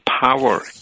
power